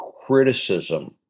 criticism